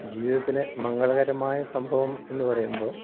ജീവിതത്തിലെ മംഗളകരമായ സംഭവം എന്ന് പറയുമ്പോൾ